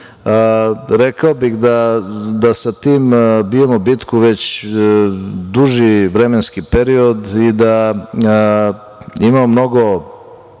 rekao bih da sa tim bijemo bitku već duži vremenski period i da imamo mnogo